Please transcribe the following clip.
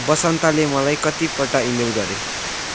बसन्तले मलाई कतिपल्ट इमेल गरे